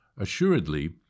Assuredly